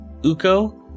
Uko